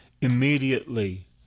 immediately